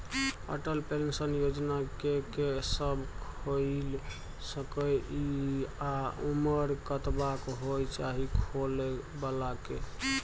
Atal pension Yojana के के सब खोइल सके इ आ उमर कतबा होय चाही खोलै बला के?